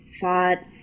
thought